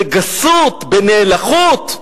בגסות, בנאלחות.